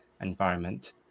environment